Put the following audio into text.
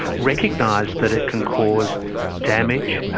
recognise that it can cause damage,